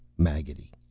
maggotty.